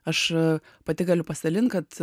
aš pati galiu pasidalint kad